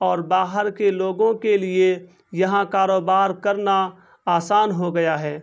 اور باہر کے لوگوں کے لیے یہاں کاروبار کرنا آسان ہو گیا ہے